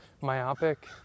myopic